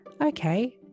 Okay